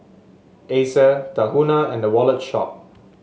Acer Tahuna and The Wallet Shop